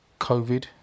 COVID